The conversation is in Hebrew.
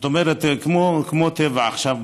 כמו טבע עכשיו,